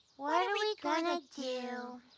what are we gonna do?